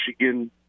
Michigan